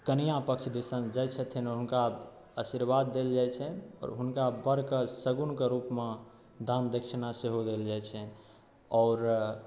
कनिऑं पक्ष दिस जाइत छथिन आ हुनका आशीर्वाद देल जाइत छनि आओर हुनका बर के शगुनके रूपमे दान दक्षिणा सेहो देल जाइत छनि आओर